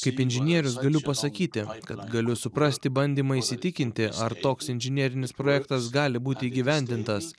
kaip inžinierius galiu pasakyti kad galiu suprasti bandymą įsitikinti ar toks inžinerinis projektas gali būti įgyvendintas